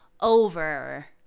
Over